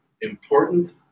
important